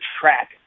track